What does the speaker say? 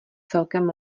celkem